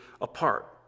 apart